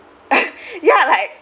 ya like